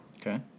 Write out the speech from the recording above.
Okay